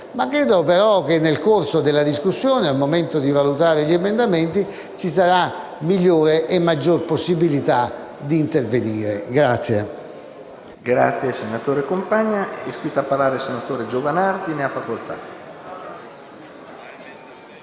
In ogni caso, nel corso della discussione e al momento di valutare gli emendamenti ci sarà migliore e maggiore possibilità di intervenire.